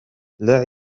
لعب